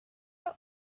are